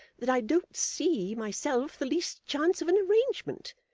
that i don't see, myself, the least chance of an arrangement.